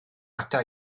ata